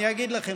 אני אגיד לכם,